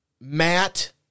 Matt